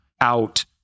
out